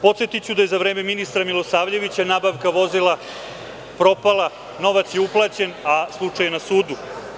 Podsetiću da je za vreme ministra Milosavljevića nabavka vozila propala, novac je uplaćen, a slučaj je na sudu.